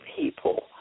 people